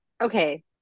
Okay